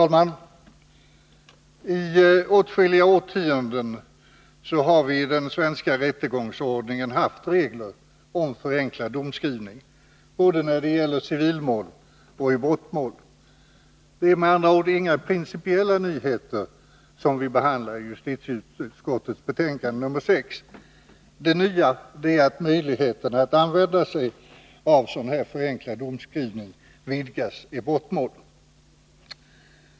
Herr talman! I åtskilliga årtionden har vi i den svenska rättegångsordningen haft regler om förenklad domskrivning när det gäller både civilmål och brottmål. Det är med andra ord inga principiella nyheter vi behandlar i justitieutskottets betänkande nr 6. Det nya är av möjligheten att använda sig av förenklad domskrivning vidgas i brottmål.